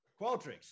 Qualtrics